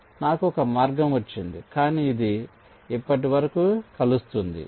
కాబట్టి నాకు ఒక మార్గం వచ్చింది కాని ఇది ఎప్పటి వరకు కలుస్తుంది